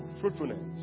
fruitfulness